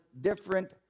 different